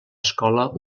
escola